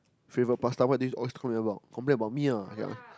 favourite pasta what this always complaining about complain about me ah yeah